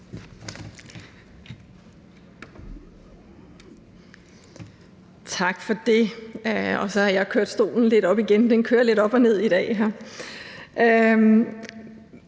Tak for det. Så har jeg kørt talerstolen lidt op igen; den kører lidt op og ned her i dag.